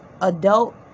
adult